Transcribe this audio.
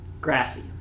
grassy